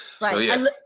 Right